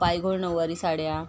पायघोळ नऊवारी साड्या